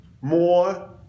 More